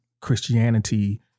Christianity